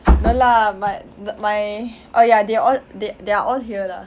dah lah my my oh ya they're all they they're all here lah